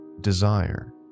desire